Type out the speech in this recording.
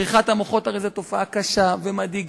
בריחת המוחות הרי היא תופעה קשה ומדאיגה,